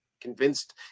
convinced